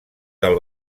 del